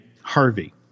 Harvey